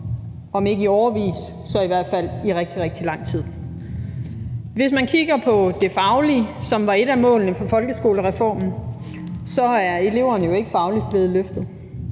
om ikke i årevis så i hvert fald i rigtig, rigtig lang tid. Hvis man kigger på det faglige, som var et af målene for folkeskolereformen, er eleverne jo ikke fagligt blevet løftet.